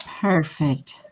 perfect